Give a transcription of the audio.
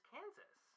Kansas